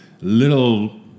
little